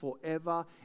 forever